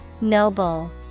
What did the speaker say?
Noble